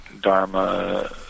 Dharma